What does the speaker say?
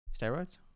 Steroids